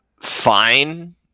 fine